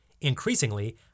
Increasingly